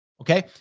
okay